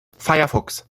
firefox